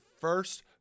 first